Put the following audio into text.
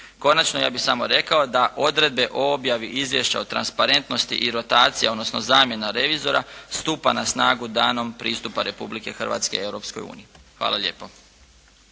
Konačno ja bih samo rekao da odredbe o objavi izvješća o transparentnosti i rotaciji, odnosno zamjena revizora stupa na snagu danom pristupa Republike Hrvatske Europskoj uniji. Hvala lijepo.